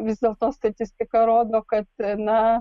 vis dėlto statistika rodo kad na